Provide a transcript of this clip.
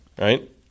right